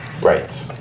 Right